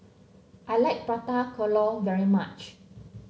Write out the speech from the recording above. I like prata kelur very much